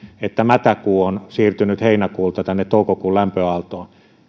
että mätäkuu on siirtynyt heinäkuulta tänne toukokuun lämpöaaltoon